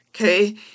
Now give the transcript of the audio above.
Okay